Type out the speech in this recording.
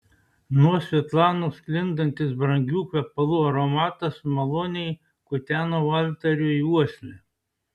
nuo svetlanos sklindantis brangių kvepalų aromatas maloniai kuteno valteriui uoslę